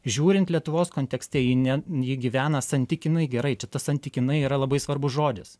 žiūrint lietuvos kontekste ji ne ji gyvena santykinai gerai čia tas santykinai yra labai svarbus žodis